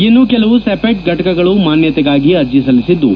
ಇನ್ನೂ ಕೆಲವು ಸಿಪೆಟ್ ಫಟಕಗಳು ಮಾನ್ಯತೆಗಾಗಿ ಅರ್ಜ ಸಲ್ಲಿಸಿದ್ದು